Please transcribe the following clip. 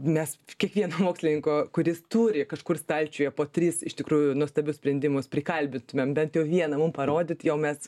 nes kiekvieno mokslininko kuris turi kažkur stalčiuje po tris iš tikrųjų nuostabius sprendimus prikalbintumėm bent jau vieną mum parodyt jau mes